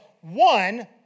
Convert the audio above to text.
one